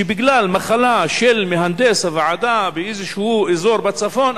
שבגלל מחלה של מהנדס הוועדה באיזשהו אזור בצפון,